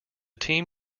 team